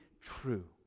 true